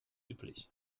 üblich